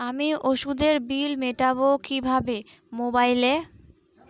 আমি ওষুধের বিল মেটাব কিভাবে মোবাইলে?